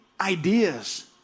ideas